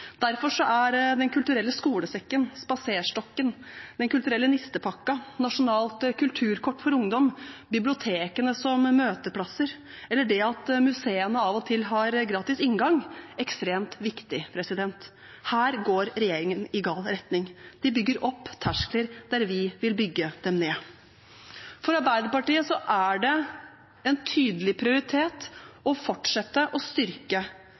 Derfor er Den kulturelle skolesekken, Den kulturelle spaserstokken, Den kulturelle nistepakken, nasjonalt kulturkort for ungdom, bibliotekene som møteplasser, eller det at museene av og til har gratis inngang, ekstremt viktig. Her går regjeringen i gal retning. De bygger opp terskler der vi vil bygge dem ned. For Arbeiderpartiet er det en tydelig prioritet å fortsette å styrke